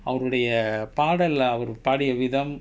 அவருடைய பாடல்ல அவரு பாடிய விதம்:avarudaya paadalla avaru paadiya vitham